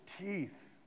teeth